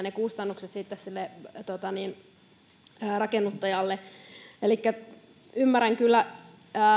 ne kustannukset ovat olleet aika kohtuuttomia sille rakennuttajalle elikkä ymmärrän kyllä